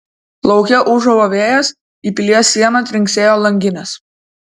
lauke ūžavo vėjas į pilies sieną trinksėjo langinės